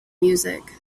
music